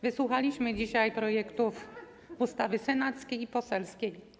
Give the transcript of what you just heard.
Wysłuchaliśmy dzisiaj projektów ustaw: senackiego i poselskiego.